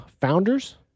founders